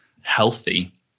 healthy